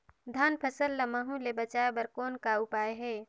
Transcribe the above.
धान फसल ल महू ले बचाय बर कौन का उपाय हे?